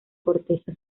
corteza